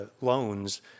loans